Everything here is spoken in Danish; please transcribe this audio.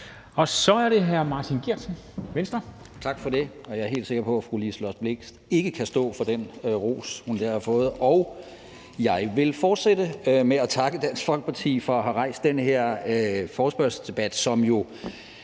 10:35 (Ordfører) Martin Geertsen (V): Tak for det. Jeg er helt sikker på, at fru Liselott Blixt ikke kan stå for den ros, hun der har fået. Og jeg vil fortsætte med at takke Dansk Folkeparti for at have rejst den her forespørgselsdebat, som jo